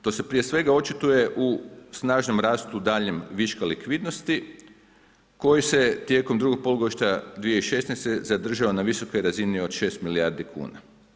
To se prije svega očituje u snažnom rastu daljnjem viška likvidnosti koji se tijekom drugog polugodišta 2016. zadržao na visokoj razini od 6 milijardi kuna.